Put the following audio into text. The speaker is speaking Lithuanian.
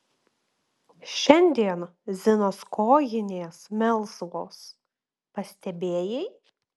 šiandien zinos kojinės melsvos pastebėjai